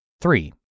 Three